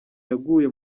yaguye